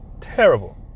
terrible